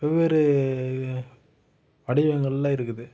வெவ்வேறு வடிவங்கள்ல இருக்குது